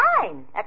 fine